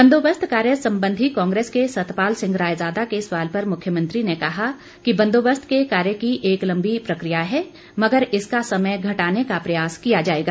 बंदोबस्त कार्य संबंधी कांग्रेस के सतपाल सिंह रायजादा के सवाल पर मुख्यमंत्री ने कहा कि बंदोबस्त के कार्य की एक लंबी प्रकिया है मगर इसका समय घटाने का प्रयास किया जाएगा